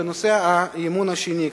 בנושא האי-אמון השני,